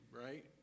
right